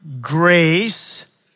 grace